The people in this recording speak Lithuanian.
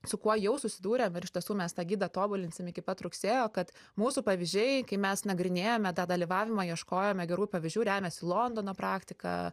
su kuo jau susidūrėm ir iš tiesų mes tą gidą tobulinsim iki pat rugsėjo kad mūsų pavyzdžiai kai mes nagrinėjome tą dalyvavimą ieškojome gerų pavyzdžių remiasi londono praktika